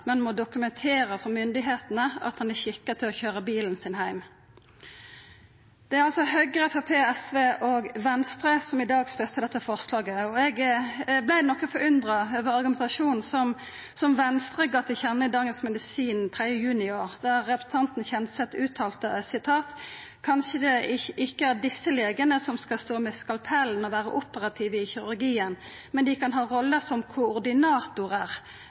men må dokumentera for myndigheitene at han er skikka til å køyra bilen sin heim. Det er altså Høgre, Framstegspartiet, SV og Venstre som i dag støttar dette forslaget. Eg vart noko forundra over argumentasjonen som Venstre gav til kjenne i Dagens Medisin 3. juni i år, der representanten Kjenseth uttalte: «Det er kanskje ikke disse legene som skal stå med skalpellen og være operative i kirurgien, men de kan ha roller som koordinatorer